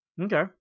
Okay